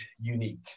unique